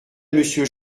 monsieur